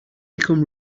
become